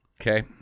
Okay